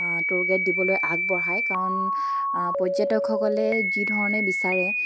tour guide দিবলৈ আগবঢ়ায় কাৰণ পৰ্যটকসকলে যিধৰণে বিচাৰে